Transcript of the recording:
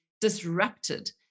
disrupted